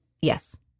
Yes